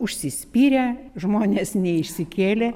užsispyrę žmonės neišsikėlė